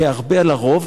"כָּאַרְבֶּה לָרֹב",